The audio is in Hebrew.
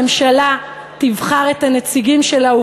הממשלה תבחר את הנציגים שלה,